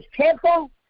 temple